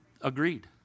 agreed